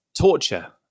torture